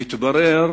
והתברר